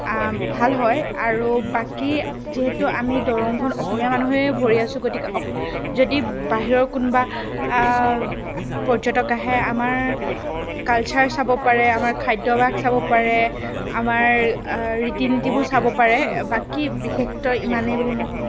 ভাল হয় আৰু বাকী যিহেতু আমি দৰংখন অসমীয়া মানুহেই ভৰি আছোঁ গতিকে অস যদি বাহিৰৰ কোনোবা পৰ্যটক আহে আমাৰ কালচাৰ চাব পাৰে আমাৰ খাদ্যভাস চাব পাৰে আমাৰ ৰীতি নীতিবোৰ চাব পাৰে বাকী বিশেষকৈ ইমানেই বুলি মই ক'ম